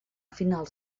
finals